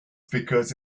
because